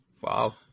Wow